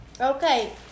Okay